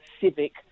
civic